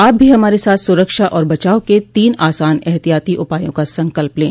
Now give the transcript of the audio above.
आप भी हमारे साथ सुरक्षा और बचाव के तीन आसान एहतियाती उपायों का संकल्प लें